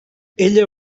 ella